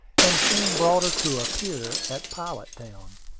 and soon brought her to a pier at pilot town.